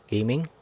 Gaming